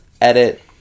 edit